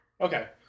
Okay